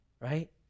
Right